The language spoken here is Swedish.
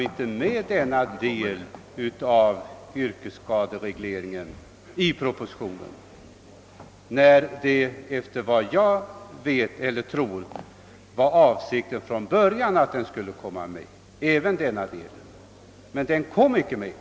Varför togs inte denna del av yrkesskadereglering en med i propositionen, när efter vad jag tror mig veta avsikten från början var att den skulle varit med? Men den kom icke. Varför?